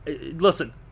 Listen